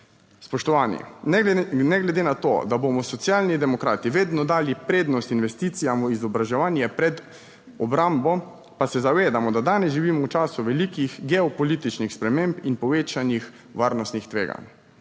Spoštovani! Ne glede na to, da bomo Socialni demokrati vedno dali prednost investicijam v izobraževanje pred obrambo, pa se zavedamo, da danes živimo v času velikih geopolitičnih sprememb in povečanih varnostnih tveganj.